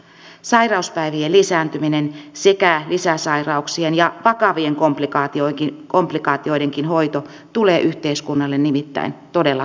sairauspäivien lisääntyminen sekä lisäsairauksien ja vakavienkin komplikaatioiden hoito tulee yhteiskunnalle nimittäin todella kalliiksi